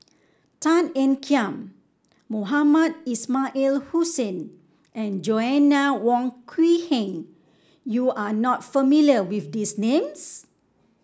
Tan Ean Kiam Mohamed Ismail Hussain and Joanna Wong Quee Heng you are not familiar with these names